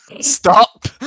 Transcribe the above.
Stop